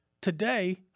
Today